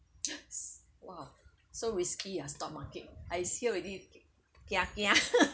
!wah! so risky ah stock market I see already kia kia